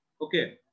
Okay